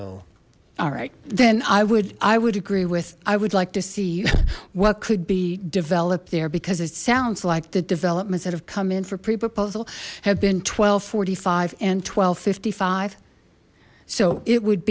okay all right then i would i would agree with i would like to see what could be developed there because it sounds like the developments that have come in for pre proposal have been and twelve fifty five so it would